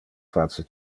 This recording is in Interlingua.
face